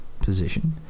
position